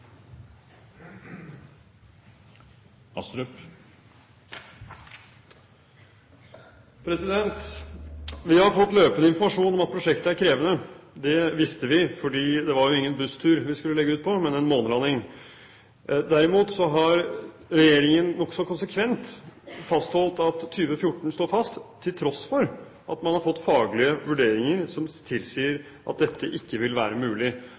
krevende. Det visste vi, fordi det var jo ingen busstur vi skulle legge ut på, men en månelanding. Derimot har regjeringen nokså konsekvent fastholdt at 2014 står fast, til tross for at man har fått faglige vurderinger som tilsier at dette ikke vil være mulig.